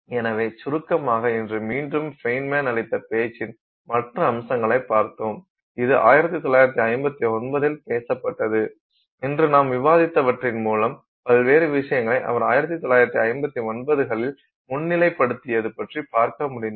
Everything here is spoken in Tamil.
எனவே சுருக்கமாக இன்று மீண்டும் பெய்ன்மேன் அளித்த பேச்சின் மற்ற அம்சங்களைப் பார்த்தோம் இது 1959 பேசப்பட்டது இன்று நாம் விவாதித்தவற்றின் மூலம் பல்வேறு விஷயங்களை அவர் 1959 களில் முன்னிலைப்படுத்தியது பற்றிப் பார்க்க முடிந்தது